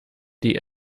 die